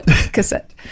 cassette